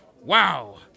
Wow